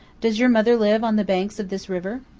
does your mother live on the banks of this river?